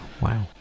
Wow